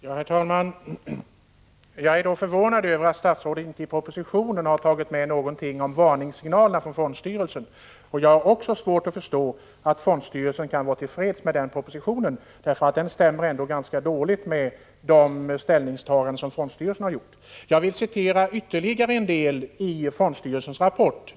Herr talman! Jag är förvånad över att statsrådet inte i propositionen har tagit med någonting om varningssignalerna från fondstyrelsen. Jag har också svårt att förstå att fondstyrelsen kan vara till freds med propositionen, för den stämmer ändå ganska dåligt överens med de ställningstaganden som fondstyrelsen har gjort. Jag vill citera ytterligare ett avsnitt i fondstyrelsens rapport.